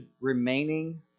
remaining